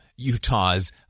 Utah's